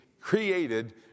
created